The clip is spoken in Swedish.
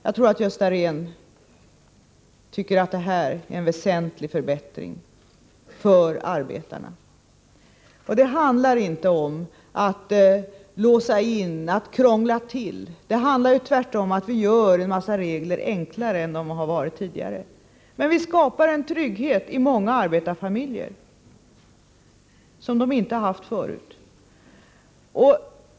Jag tror att Gösta Rehn tycker att det här är en väsentlig förbättring för arbetarna. Det handlar inte om att låsa in eller att krångla till. Vi gör tvärtom en massa regler enklare än de tidigare varit. Men vi skapar en trygghet i många arbetarfamiljer som de inte haft förut.